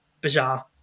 bizarre